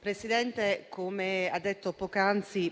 Presidente,